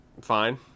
Fine